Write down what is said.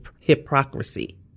hypocrisy